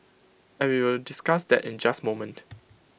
and we will discuss that in just moment